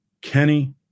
Kenny